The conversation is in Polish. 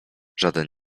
żaden